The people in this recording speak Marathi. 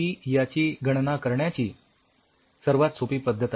ही याची गणना करण्याची सर्वात सोपी पद्धत आहे